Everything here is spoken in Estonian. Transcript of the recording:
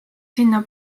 sinna